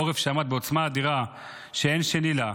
עורף שעמד בעוצמה אדירה שאין שני לה,